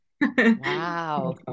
Wow